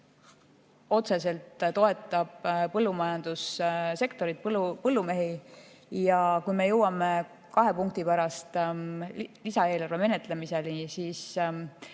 otseselt toetab põllumajandussektorit, põllumehi. Ja kui me jõuame kahe punkti pärast lisaeelarve menetlemiseni, siis